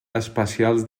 especials